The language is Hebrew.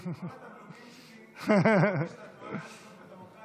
כל התמלוגים שלי הם קודש לתנועה למשילות ודמוקרטיה.